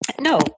No